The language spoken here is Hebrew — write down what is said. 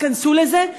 תיכנסו לזה,